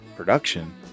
production